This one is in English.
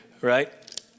Right